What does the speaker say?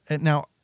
Now